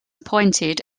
appointed